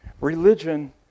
Religion